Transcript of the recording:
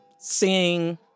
Seeing